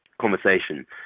Conversation